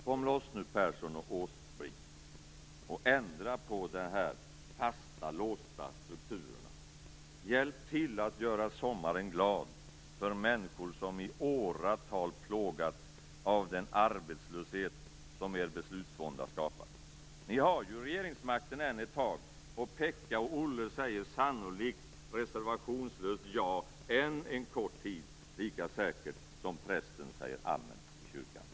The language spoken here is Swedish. Kom loss nu, Persson och Åsbrink, och ändra på de låsta strukturerna! Hjälp till att göra sommaren glad för människor som i åratal plågats av den arbetslöshet som er beslutsvånda skapat. Ni har ju regeringsmakten än ett tag, och Pekka och Olle säger sannolikt reservationslöst ja än en kort tid, lika säkert som prästen säger amen i kyrkan.